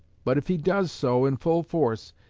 but if he does so in full force,